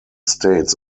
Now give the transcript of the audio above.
states